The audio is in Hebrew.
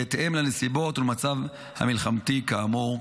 בהתאם לנסיבות ולמצב המלחמתי כאמור.